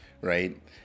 right